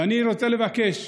ואני רוצה לבקש